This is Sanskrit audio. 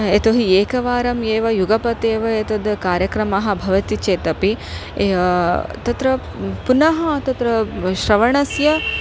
यतोहि एकवारम् एव युगपदेव एतत् कार्यक्रमाः भवति चेतपि तत्र पुनः तत्र वा श्रवणस्य